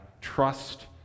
trust